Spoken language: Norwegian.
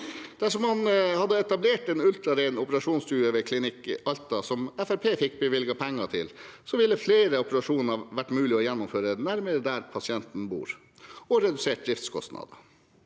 Dersom man hadde etablert en ultraren operasjonsstue ved Klinikk Alta, som Fremskrittspartiet fikk bevilget penger til, ville flere operasjoner vært mulige å gjennomføre nærmere der pasienten bor, og det ville redusert driftskostnader.